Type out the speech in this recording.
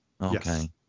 Okay